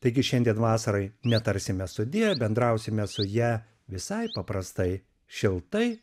taigi šiandien vasarai netarsime sudie bendrausime su ja visai paprastai šiltai